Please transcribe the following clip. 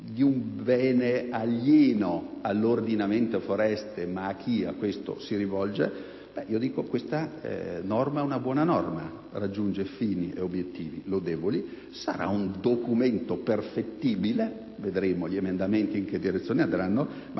di un bene alieno all'ordinamento forense, ma proprio di chi a questo si rivolge, io dico che questa norma è una buona norma, raggiunge fini e obiettivi lodevoli. Sarà un documento perfettibile (vedremo gli emendamenti in che direzione andranno), ma